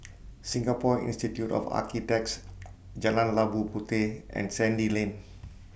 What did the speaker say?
Singapore Institute of Architects Jalan Labu Puteh and Sandy Lane